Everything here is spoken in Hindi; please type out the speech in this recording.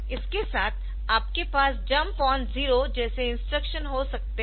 इसके साथ आपके पास जम्प ऑन जीरो जैसे इंस्ट्रक्शन हो सकते है